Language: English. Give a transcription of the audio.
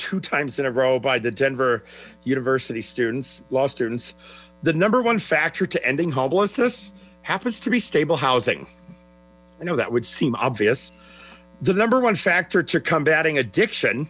two times in a row by the denver university students law students the number one factor to ending homelessness happens to be stable housing i know that would seem obvious the number one factor to combating addiction